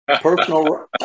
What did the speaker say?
personal